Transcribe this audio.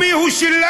שירות לאומי הוא שלנו.